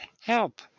help